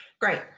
Great